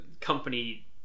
company